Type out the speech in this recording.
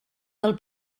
del